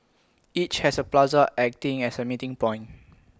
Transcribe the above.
each has A plaza acting as A meeting point